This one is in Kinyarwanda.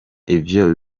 ivyo